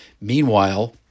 Meanwhile